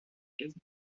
quasi